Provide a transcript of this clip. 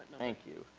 thank you.